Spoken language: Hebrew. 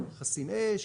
חסין אש,